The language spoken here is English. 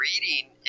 reading